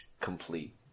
complete